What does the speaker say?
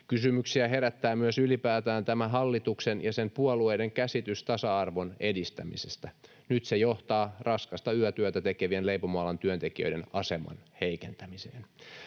Kysymyksiä herättää myös ylipäätään tämä hallituksen ja sen puolueiden käsitys tasa-arvon edistämisestä, nyt se johtaa raskasta yötyötä tekevien leipomoalan työntekijöiden aseman heikentämiseen.